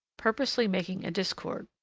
purposely making a discord.